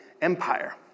Empire